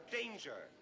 danger